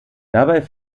dabei